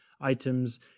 items